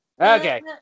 Okay